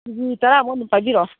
ꯀꯦ G ꯇꯔꯥꯃꯨꯛ ꯑꯗꯨꯝ ꯄꯥꯏꯕꯤꯔꯛꯑꯣ